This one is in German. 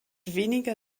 weniger